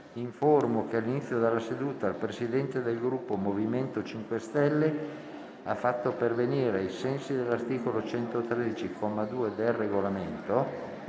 che all'inizio della seduta il Presidente del Gruppo MoVimento 5 Stelle ha fatto pervenire, ai sensi dell'articolo 113, comma 2, del Regolamento,